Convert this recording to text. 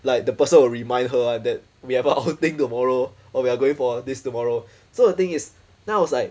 like the person will remind her [one] that we have a outing tomorrow or we are going for this tomorrow so the thing is then I was like